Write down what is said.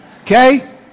okay